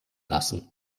lassen